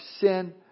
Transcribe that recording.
sin